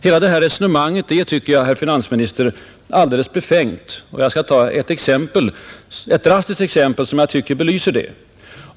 Hela detta resonemang är, tycker jag, herr finansminister, alldeles befängt. Jag skall ta ett drastiskt exempel som jag tycker belyser detta.